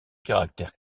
caractère